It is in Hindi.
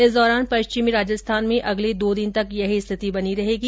इस दौरान पश्चिमी राजस्थान में अगले दो दिन तक यही स्थिति बनी रहेगी